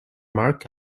mark